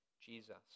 Jesus